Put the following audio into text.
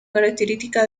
característica